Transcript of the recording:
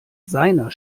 seiner